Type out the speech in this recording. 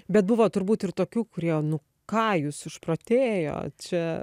bet buvo turbūt ir tokių kurie nu ką jūs išprotėjot čia